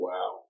Wow